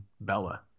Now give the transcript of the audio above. Bella